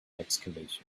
excavation